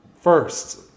First